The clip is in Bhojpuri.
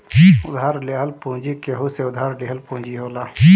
उधार लेहल पूंजी केहू से उधार लिहल पूंजी होला